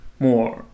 More